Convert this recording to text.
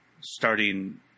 starting